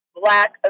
black